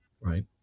right